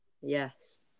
Yes